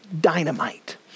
dynamite